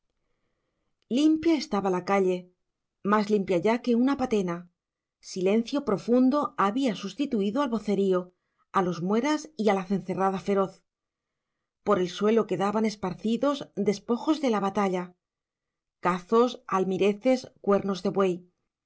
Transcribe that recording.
limpia estaba la calle más limpia ya que una patena silencio profundo había sustituido al vocerío a los mueras y a la cencerrada feroz por el suelo quedaban esparcidos despojos de la batalla cazos almireces cuernos de buey